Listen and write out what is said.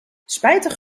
spijtig